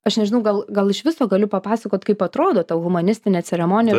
aš nežinau gal gal iš viso galiu papasakot kaip atrodo ta humanistinė ceremonija